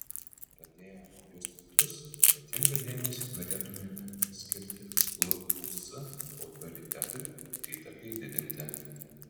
pradėję naujus metus ypatingą dėmesį norėtumėme skirti lūs autoritetui ir įtakai didinti